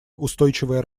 устойчивое